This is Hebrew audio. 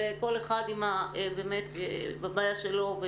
וכל אחד בבעיה שלו,